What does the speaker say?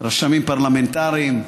רשמים פרלמנטריים,